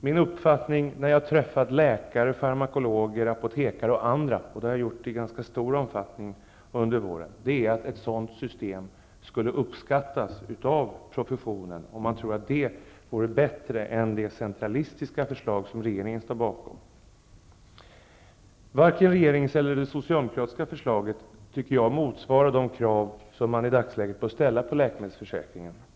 Min uppfattning är, efter att ha träffat läkare, farmakologer, apotekare osv. i ganska stor omfattning under våren, att ett sådant system skulle uppskattas av professionen, om det skulle vara bättre än det centralistiska förslag som regeringen står bakom. Jag tycker inte att vare sig regeringens eller det socialdemokratiska förslaget motsvarar de krav som man i dagsläget bör ställa på läkemedelsförsäkringen.